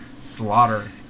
Slaughter